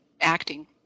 acting